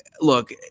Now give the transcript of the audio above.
look